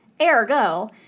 Ergo